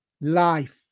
life